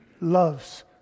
loves